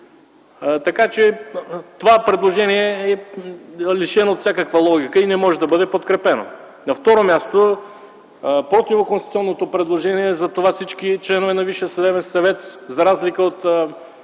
Това предложение е лишено от всякаква логика и не може да бъде подкрепено. На второ място – противоконституционното предложение за това всички членове на Висшия